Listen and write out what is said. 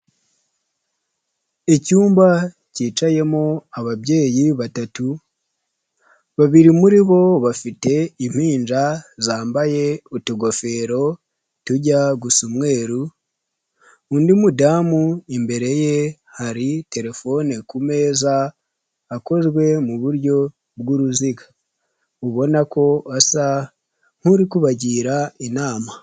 Icyumba cyicayemo ababyeyi batatu babiri muri bo bafite impinja zambaye utugofero tujya tujya gusa umweru, undi mudamu imbere ye hari terefone ku meza akozwe mu buryo bw'uruziga ubona ko asa nk'urikubagira inama.